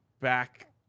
back